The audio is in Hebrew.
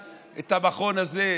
נשאל את המכון הזה,